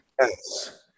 Yes